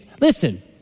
listen